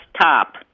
top